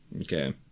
Okay